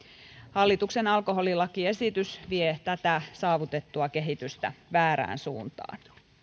hallituksen alkoholilakiesitys vie tätä saavutettua kehitystä väärään suuntaan